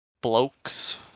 Blokes